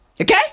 Okay